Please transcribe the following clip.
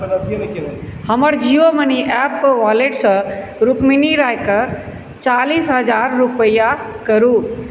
हमर Jio money app वॉलेटसँ रुक्मिणी रायके चालीस हजार रुपैआ करू